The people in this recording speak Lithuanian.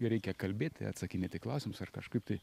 reikia kalbėti atsakinėt į klausimus ar kažkaip tai